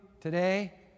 today